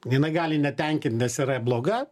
jinai gali netenkint nes yra bloga